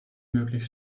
möglich